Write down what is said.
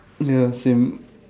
ya same